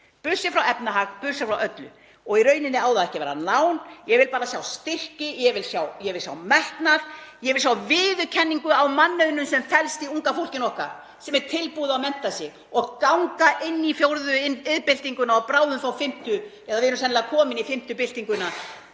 séð frá efnahag, burt séð frá öllu, og í rauninni á það ekki að vera lán, ég vil bara sjá styrki. Ég vil sjá metnað, ég vil sjá viðurkenningu á mannauðnum sem felst í unga fólkinu okkar sem er tilbúið að mennta sig og ganga inn í fjórðu iðnbyltinguna og bráðum þá fimmtu, eða við erum sennilega komin í fimmtu byltinguna,